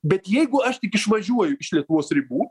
bet jeigu aš tik išvažiuoju iš lietuvos ribų